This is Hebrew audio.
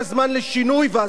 והזמן הזה הוא עכשיו.